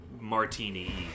martini